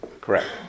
Correct